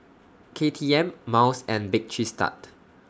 K T M Miles and Bake Cheese Tart